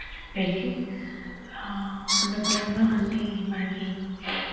పెరిగి ఉన్నపలంగా అన్నీ మనకి